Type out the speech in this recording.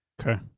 Okay